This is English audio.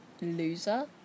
loser